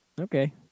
okay